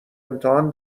امتحان